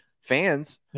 fans